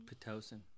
Pitocin